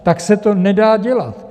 Tak se to nedá dělat.